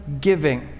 giving